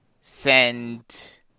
send